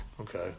Okay